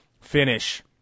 finish